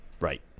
right